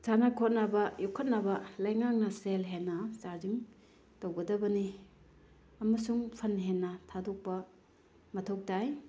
ꯁꯥꯟꯅ ꯈꯣꯠꯅꯕ ꯌꯣꯛꯈꯠꯅꯕ ꯂꯩꯉꯥꯛꯅ ꯁꯦꯜ ꯍꯦꯟꯅ ꯆꯥꯔꯖꯤꯡ ꯇꯧꯒꯗꯕꯅꯤ ꯑꯃꯁꯨꯡ ꯐꯟ ꯍꯦꯟꯅ ꯊꯥꯗꯣꯛꯄ ꯃꯊꯧ ꯇꯥꯏ